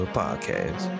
podcast